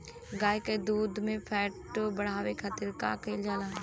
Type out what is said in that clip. गाय के दूध में फैट बढ़ावे खातिर का कइल जाला?